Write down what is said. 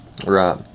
Right